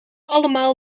allemaal